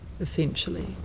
essentially